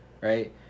right